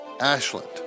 Ashland